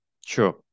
sure